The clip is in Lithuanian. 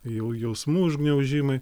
jau jausmų užgniaužimai